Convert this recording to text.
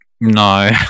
no